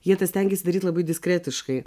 jie tą stengėsi daryti labai diskretiškai